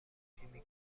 تیمی